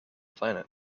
planet